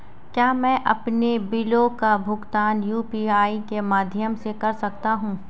क्या मैं अपने बिलों का भुगतान यू.पी.आई के माध्यम से कर सकता हूँ?